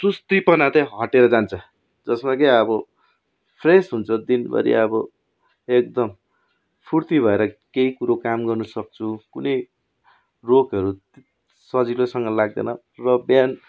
सुस्तिपना चाहिँ हटेर जान्छ जसमा कि अब फ्रेस हुन्छ दिनभरि अब एकदम फुर्ती भएर केही कुरो काम गर्नु सक्छु कुनै रोगहरू सजिलोसँग लाग्दैन र बिहान